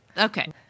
Okay